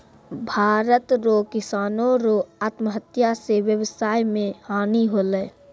भारत रो किसानो रो आत्महत्या से वेवसाय मे हानी होलै